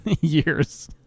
years